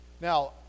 Now